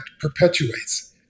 perpetuates